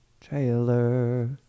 trailer